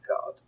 God